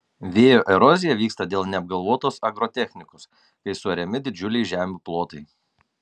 vėjo erozija vyksta dėl neapgalvotos agrotechnikos kai suariami didžiuliai žemių plotai